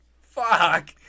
Fuck